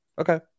Okay